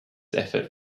effect